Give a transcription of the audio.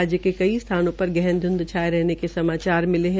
राज्य के कई स्थानों पर गहन ध्ंध छाये रहने के समाचार भी मिले है